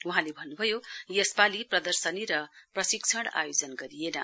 वहाँले भन्नुभयो यसपालि प्रदर्शनी र प्रशिक्षण आयोजन गरिएन